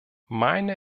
meine